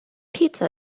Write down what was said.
pizza